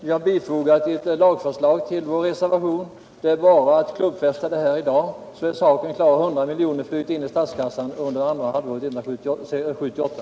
Vi har fogat ett lagförslag till vår reservation. Det är bara att klubbfästa beslutet i dag, så är saken klar och 100 miljoner flyter in i statskassan under andra halvåret 1978.